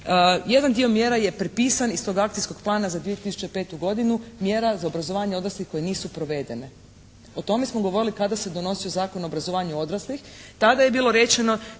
Jedan dio mjera je prepisan iz tog akcijskog plana za 2005. godinu. Mjera za obrazovanje odraslih koje nisu provedene. O tome smo govorili kada se donosio Zakon o obrazovanju odraslih. Tada je bilo rečeno